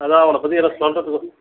அதான் அவனை பற்றி எதுனா சொல்கிறத்துக்கு